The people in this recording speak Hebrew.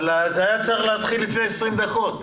אבל הישיבה הייתה אמורה להתחיל לפני 20 דקות.